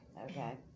okay